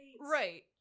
right